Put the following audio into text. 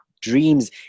dreams